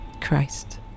Christ